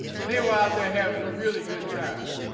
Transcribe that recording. and they were out there having a really good time.